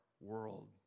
world